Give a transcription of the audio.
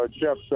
Jeff